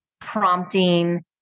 prompting